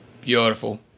beautiful